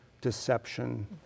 deception